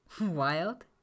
wild